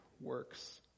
works